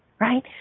right